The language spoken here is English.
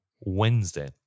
Wednesday